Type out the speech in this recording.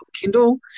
Kindle